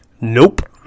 Nope